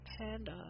Panda